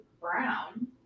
brown